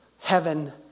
Heaven